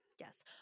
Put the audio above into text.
yes